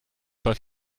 pas